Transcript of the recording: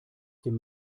dem